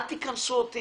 אל תכניסו אותי